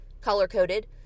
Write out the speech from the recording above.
color-coded